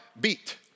beat